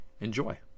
enjoy